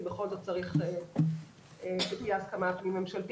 כי בכל זאת צריך שתהיה הסכמה פנים-ממשלתית,